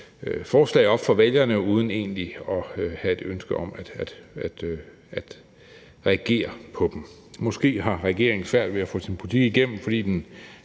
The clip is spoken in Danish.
forslag op for vælgerne uden egentlig at have et ønske om at reagere på dem. Måske har regeringen svært ved at få sin politik igennem, fordi den